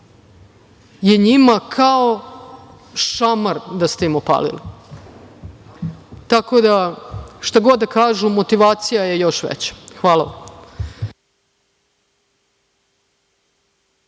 je njima kao da ste im opalili šamar. Šta god da kažu, motivacija je još veća. Hvala vam.